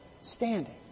standing